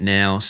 now